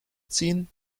ziehen